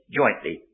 jointly